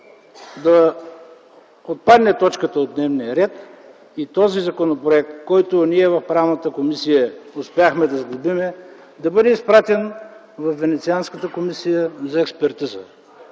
да отпадне от дневния ред и този законопроект, който ние в Комисията по правни въпроси успяхме да сглобим, да бъде изпратен във Венецианската комисия за експертиза.